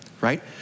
Right